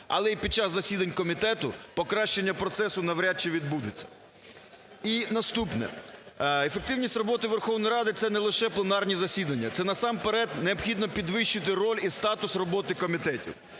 але і під час засідань комітету, покращення процесу навряд чи відбудеться. І наступне. Ефективність роботи Верховної Ради – це не лише пленарні засідання. Це насамперед необхідно підвищити роль і статус комітетів.